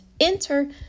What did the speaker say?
enter